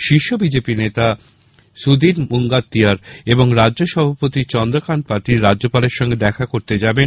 শীর্ষ বিজেপি নেতা সুধীর মুঙ্গাত্তিয়ার এবং রাজ্য সভাপতি চন্দ্রকান্ত পাটিল রাজ্যপালের সঙ্গে দেখা করতে যাবেন